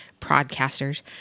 broadcasters